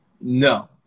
No